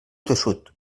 tossut